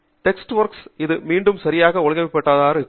டெக்ஸ்ஒர்க்ஸ் இல் இது மீண்டும் சரியாக ஒழுங்கமைக்கப்பட்டதாக இருக்கும்